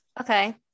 Okay